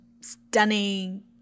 stunning